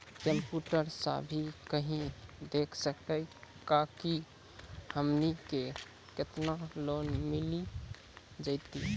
Computer सा भी कही देख सकी का की हमनी के केतना लोन मिल जैतिन?